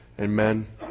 Amen